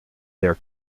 their